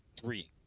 Three